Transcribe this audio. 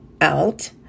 out